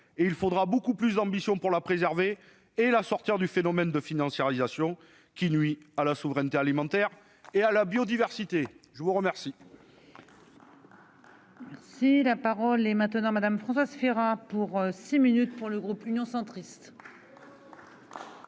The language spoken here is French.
et il faudra beaucoup plus d'ambition pour la préserver et l'arracher au phénomène de financiarisation, qui nuit à la souveraineté alimentaire et à la biodiversité. Très bien